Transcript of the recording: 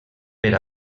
per